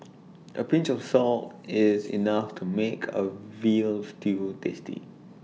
A pinch of salt is enough to make A Veal Stew tasty